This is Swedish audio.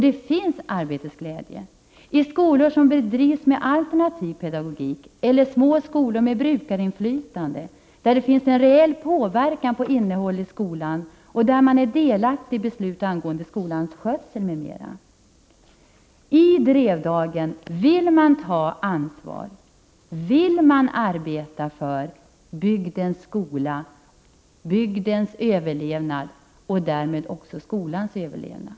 Det finns arbetsglädje i skolor som bedrivs med alternativ pedagogik eller i små skolor med brukarinflytande där man har en reell påverkan på innehållet i skolan och där man är delaktig i beslut angående skolans skötsel, m.m. I Drevdagen vill man ta ansvar och arbeta för bygdens skola, för bygdens överlevnad och därmed också för skolans överlevnad.